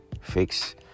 Fix